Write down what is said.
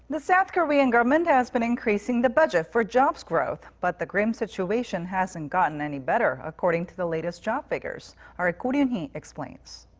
the south korean government has been increasing the budget for jobs growth but the grim situation hasn't gotten any better according to the latest job figures. our ko roon-hee explains.